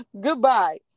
goodbye